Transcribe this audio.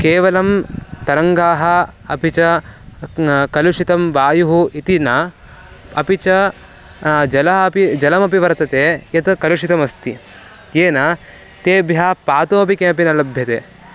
केवलं तरङ्गाः अपि च कलुषितं वायुः इति न अपि च जलम् अपि जलमपि वर्तते यत् कलुषितमस्ति येन तेभ्यः पातुमपि किमपि न लभ्यते